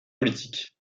politique